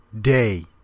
day